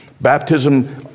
Baptism